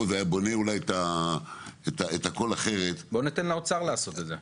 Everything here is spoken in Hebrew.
שהיה בונה את הכל אחרת --- בואו ניתן לאוצר לעשות את זה.